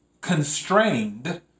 constrained